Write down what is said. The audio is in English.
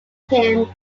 him